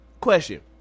question